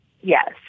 Yes